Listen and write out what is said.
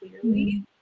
clearly